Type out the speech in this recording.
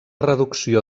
reducció